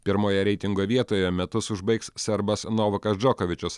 pirmoje reitingo vietoje metus užbaigs serbas novakas džokovičius